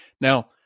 Now